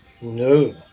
No